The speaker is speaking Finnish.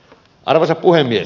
arvoisa puhemies